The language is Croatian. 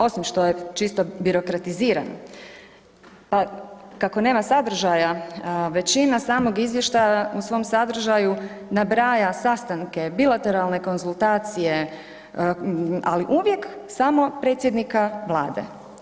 Osim što je čisto birokratizirano, pa kako nema sadržaja, većina samog izvještaja u svom sadržaju nabraja sastanke bilateralne konzultacije, ali uvijek samo predsjednika vlade.